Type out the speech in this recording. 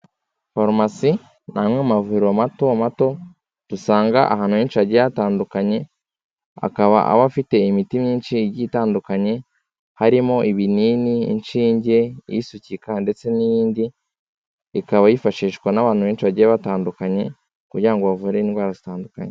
Farumasi ni amwe mu mavuriro mato mato, dusanga ahantu henshi hagiye hatandukanye, akaba aba afite imiti myinshi igiye itandukanye, harimo ibinini, inshinge, iyisukika ndetse n'iyindi. Ikaba yifashishwa n'abantu benshi bagiye batandukanye kugira ngo bavure indwara zitandukanye.